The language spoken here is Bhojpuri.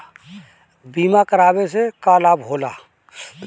बीमा करावे से का लाभ होला?